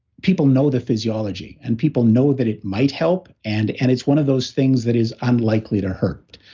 people know the physiology, and people know that it might help and and it's one of those things that is unlikely to hurt.